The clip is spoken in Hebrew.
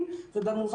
גם דרך